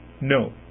no